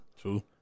True